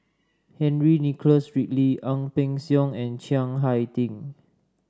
Henry Nicholas Ridley Ang Peng Siong and Chiang Hai Ding